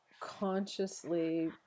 consciously